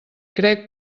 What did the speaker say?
crec